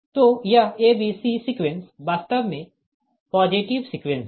तो यह a b c sequence वास्तव में पॉजिटिव सीक्वेंस है